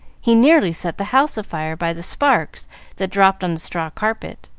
he nearly set the house afire by the sparks that dropped on the straw carpet.